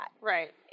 Right